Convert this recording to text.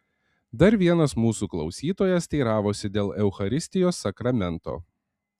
dar vienas mūsų klausytojas teiravosi dėl eucharistijos sakramento